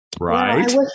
right